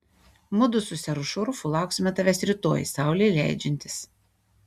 mudu su seru šurfu lauksime tavęs rytoj saulei leidžiantis